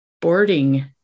boarding